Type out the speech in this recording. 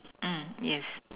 yes